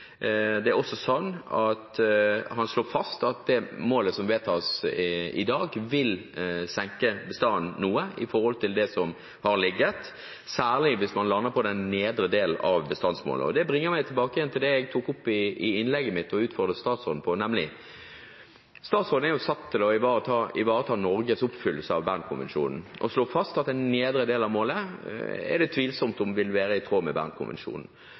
Han slår også fast at det målet som vedtas i dag, vil senke bestanden noe i forhold til det som det har ligget på, særlig hvis man lander på den nedre delen av bestandsmålet. Det bringer meg tilbake til det jeg tok opp i innlegget mitt og utfordret statsråden på, nemlig: Statsråden er jo satt til å ivareta Norges oppfyllelse av Bern-konvensjonen, og han slår fast at det er tvilsomt om den nedre del av målet vil være i tråd med